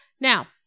Now